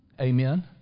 Amen